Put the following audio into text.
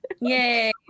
yay